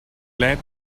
lead